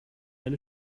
eine